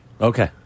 Okay